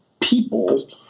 people